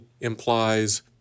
implies